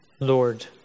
Lord